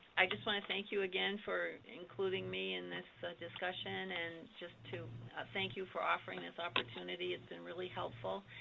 i just want to thank you again for including me in this discussion, and just to thank you for offering this opportunity. it's been really helpful,